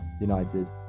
United